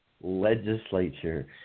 legislature